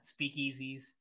speakeasies